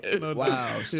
Wow